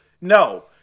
no